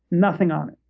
nothing on it.